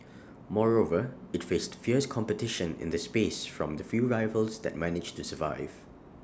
moreover IT faced fierce competition in the space from the few rivals that managed to survive